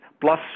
plus